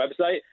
website